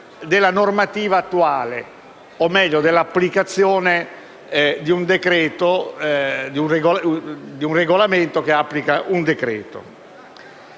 della normativa attuale, o meglio dell'applicazione di un regolamento che applica un decreto.